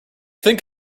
think